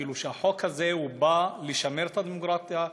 כאילו שהחוק הזה בא לשמר את הדמוקרטיה,